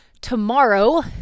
tomorrow